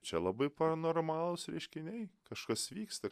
čia labai paranormalūs reiškiniai kažkas vyksta